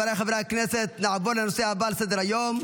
חבריי חברי הכנסת, נעבור לנושא הבא על סדר-היום,